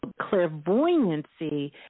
clairvoyancy